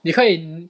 你可以